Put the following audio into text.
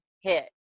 hit